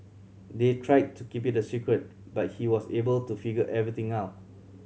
they tried to keep it a secret but he was able to figure everything out